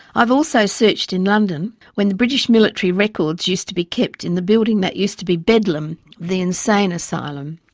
i've also searched in london when the british military records used to be kept in the building that used to be bedlam, the insane asylum.